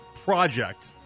project